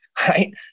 right